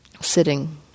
sitting